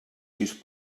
sis